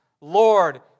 Lord